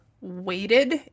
weighted